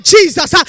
Jesus